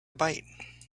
bite